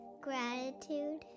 gratitude